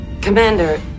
Commander